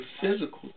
physical